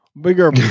bigger